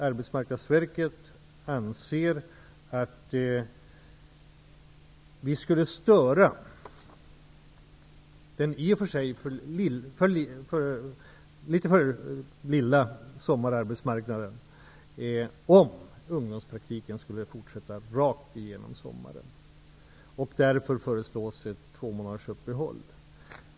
Arbetsmarknadsverket anser att vi skulle störa den i och för sig för lilla sommararbetsmarknaden om ungdomspraktiken skulle fortsätta rakt igenom sommaren. Därför föreslås ett tvåmånadersuppehåll.